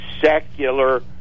secular